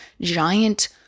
giant